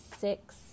six